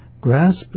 grasp